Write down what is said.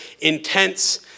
intense